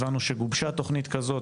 הבנו שגובשה תוכנית כזו,